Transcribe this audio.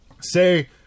say